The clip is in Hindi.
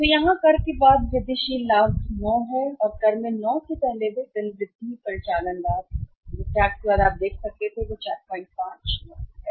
तो यहाँ कर के बाद वृद्धिशील लाभ 9 है और कर में 9 से पहले वेतन वृद्धि परिचालन लाभ है टैक्स के बाद आप देख सकते हैं कि यह 45 लाख है